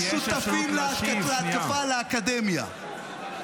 שני גורמים שותפים להתקפה על האקדמיה -- יש אפשרות להשיב.